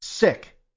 sick